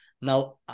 Now